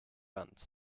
wand